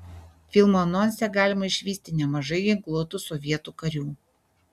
filmo anonse galima išvysti nemažai ginkluotų sovietų karių